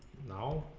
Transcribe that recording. now